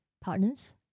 partners